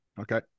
Okay